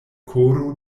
koro